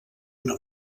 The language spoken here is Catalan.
una